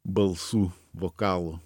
balsų vokalų